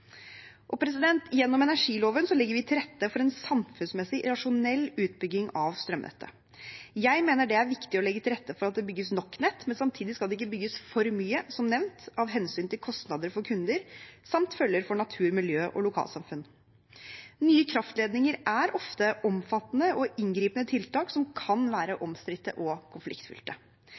Gjennom energiloven legger vi til rette for en samfunnsmessig rasjonell utbygging av strømnettet. Jeg mener det er viktig å legge til rette for at det bygges nok nett, men samtidig skal det ikke bygges for mye, som nevnt, av hensyn til kostnader for kunder samt følger for natur, miljø og lokalsamfunn. Nye kraftledninger er ofte omfattende og inngripende tiltak som kan være omstridte og konfliktfylte,